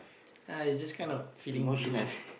I just kind of feeling blue